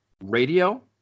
radio